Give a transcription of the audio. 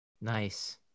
Nice